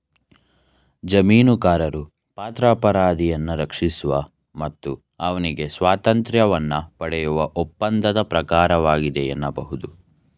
ಜಾಮೀನುಕರಾರುಪತ್ರ ಅಪರಾಧಿಯನ್ನ ರಕ್ಷಿಸುವ ಮತ್ತು ಅವ್ನಿಗೆ ಸ್ವಾತಂತ್ರ್ಯವನ್ನ ಪಡೆಯುವ ಒಪ್ಪಂದದ ಪ್ರಕಾರವಾಗಿದೆ ಎನ್ನಬಹುದು